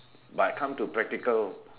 but come to practical